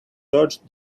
dodged